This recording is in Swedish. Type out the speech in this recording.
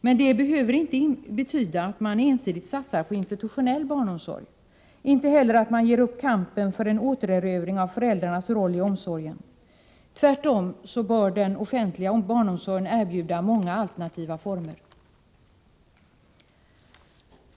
Men det behöver inte betyda en ensidig satsning på institutionell barnomsorg, inte heller att kampen för en återerövring av föräldrarnas roll i omsorgen ges upp. Tvärtom bör den offentliga barnomsorgen erbjuda många alternativa former.